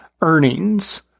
earnings